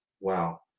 wow